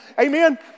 Amen